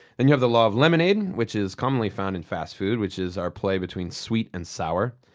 then you have the law of lemonade, which is commonly found in fast food, which is our play between sweet and sour.